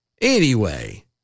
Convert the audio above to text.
Anyway-